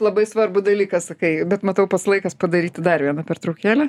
labai svarbų dalyką sakai bet matau pats laikas padaryti dar vieną pertraukėlę